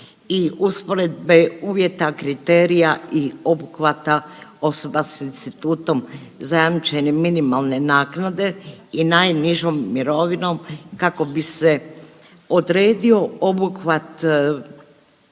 i usporedbe uvjeta kriterija i obuhvata osoba s institutom zajamčene minimalne naknade i najnižom mirovinom kako bi se odredio obuhvat